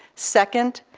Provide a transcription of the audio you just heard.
second,